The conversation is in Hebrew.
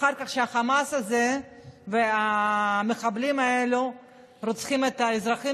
אחר כך החמאס הזה והמחבלים האלה רוצחים את האזרחים